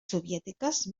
soviètiques